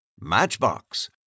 Matchbox